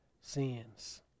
sins